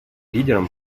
лидером